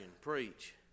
preach